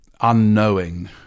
unknowing